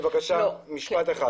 אני רק רוצה בבקשה להגיד משפט אחד.